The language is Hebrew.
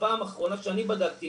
בפעם האחרונה שאני בדקתי,